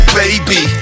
baby